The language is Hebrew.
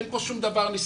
אין פה שום דבר נסתר.